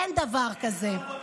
אין דבר כזה.